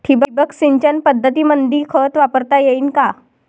ठिबक सिंचन पद्धतीमंदी खत वापरता येईन का?